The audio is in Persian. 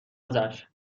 ازش